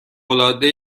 العاده